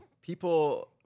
People